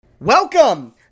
Welcome